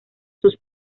sus